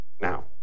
now